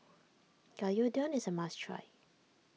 Gyudon is a must try